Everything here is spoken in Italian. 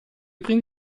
primi